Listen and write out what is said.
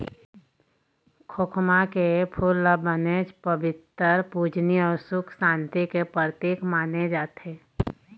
खोखमा के फूल ल बनेच पबित्तर, पूजनीय अउ सुख सांति के परतिक माने जाथे